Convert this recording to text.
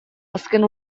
azken